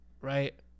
right